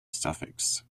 suffix